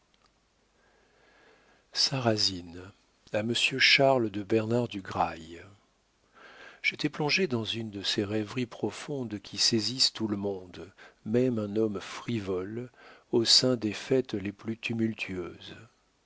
sarrasine a monsieur charles de bernard du grail j'étais plongé dans une de ces rêveries profondes qui saisissent tout le monde même un homme frivole au sein des fêtes les plus tumultueuses